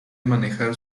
manejar